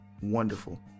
wonderful